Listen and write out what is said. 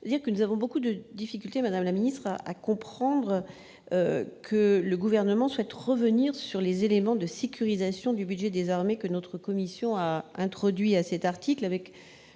nous avons beaucoup de difficultés à comprendre pourquoi le Gouvernement souhaite revenir sur les éléments de sécurisation du budget des armées que notre commission a introduits à cet article.